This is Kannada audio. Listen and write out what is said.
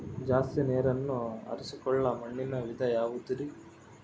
ಜಾಸ್ತಿ ನೇರನ್ನ ಹೇರಿಕೊಳ್ಳೊ ಮಣ್ಣಿನ ವಿಧ ಯಾವುದುರಿ?